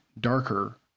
darker